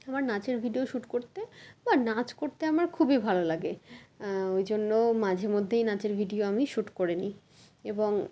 আমার নাচের video shoot করতে বা নাচ করতে আমার খুবই ভালো লাগে ওই জন্য মাঝে মধ্যেই নাচের ভিডিও আমি শুট করে নিই এবং